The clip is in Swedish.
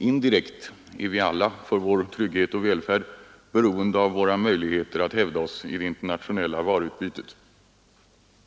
Indirekt är vi alla för vår trygghet och välfärd beroende av våra möjligheter att hävda oss i det internationella varuutbytet.